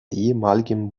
ehemaligen